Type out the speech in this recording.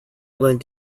lend